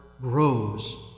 grows